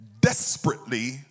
desperately